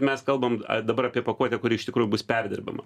mes kalbam dabar apie pakuotę kuri iš tikrųjų bus perdirbama